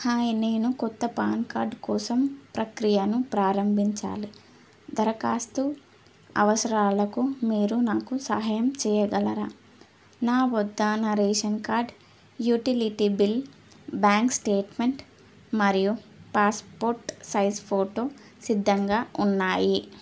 hi నేను కొత్త pan card కోసం ప్రక్రియను ప్రారంభించాలి దరఖాస్తు అవసరాలకు మీరు నాకు సహాయం చెయ్యగలరా నా వద్ద నా ration card utility bill bank statement మరియు పాస్పోట్ సైజ్ ఫోటో సిద్ధంగా ఉన్నాయి